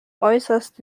äußerst